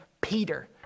Peter